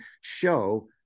show